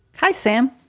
hi, sam.